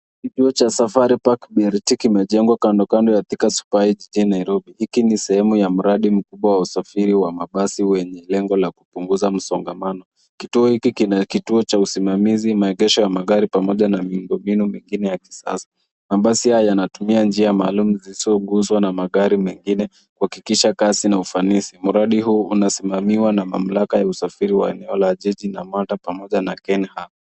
Kituo cha Safari Park BRT kimejengwa kando kando ya Thika super highway jijini Nairobi. Hiki ni sehemu ya mradi mkubwa wa usafiri wa mabasi wenye lengo la kupunguza msongamano. Kituo hiki kina usimamizi, maegesho ya magari pamoja na miundombinu mingine ya kisasa. Mabasi haya yanatumia njia maalum zisiyoguswa na magari mengine kuhaikisha kasi na ufanisi. Mradi huu unasimamiwa na mamlaka ya usafiri wa eneo la jiji na Mater pamoja na Kenha.